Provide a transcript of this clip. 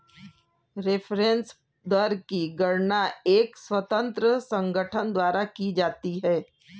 reference दर की गणना एक स्वतंत्र संगठन द्वारा की जाती है